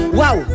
wow